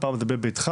פעם זה "בנה ביתך",